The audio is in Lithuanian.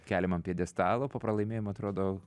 keliam ant pjedestalo po pralaimėjimo atrodo